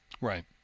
right